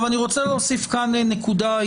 אני רוצה להוסיף כאן נקודה.